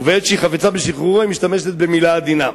ובעת שהיא חפצה בשחרורו היא משתמשת במלה עדינה,